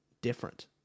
different